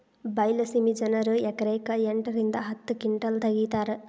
ಬೈಲಸೇಮಿ ಜನರು ಎಕರೆಕ್ ಎಂಟ ರಿಂದ ಹತ್ತ ಕಿಂಟಲ್ ತಗಿತಾರ